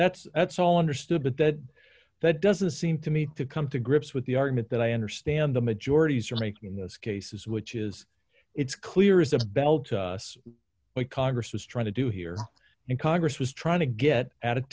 that's that's all understood but that doesn't seem to me to come to grips with the argument that i understand the majority's are making those cases which is it's clear isabelle to us congress is trying to do here in congress was trying to get